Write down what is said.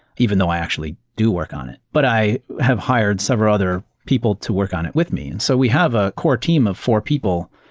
even though i actually do work on it, but i have hired several other people to work on it with me. and so we have a core team of four people,